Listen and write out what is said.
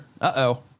Uh-oh